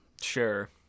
sure